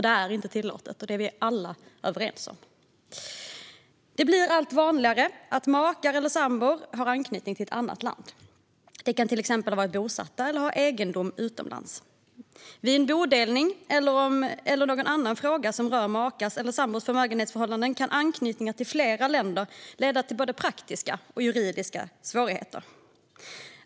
Det är inte tillåtet, och det är vi alla överens om. Det blir allt vanligare att makar eller sambor har anknytning till ett annat land. De kan till exempel ha varit bosatta eller ha egendom utomlands. Vid en bodelning eller någon annan fråga som rör makars eller sambors förmögenhetsförhållanden kan anknytningar till flera länder leda till både praktiska och juridiska svårigheter.